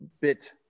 bit